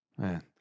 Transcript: man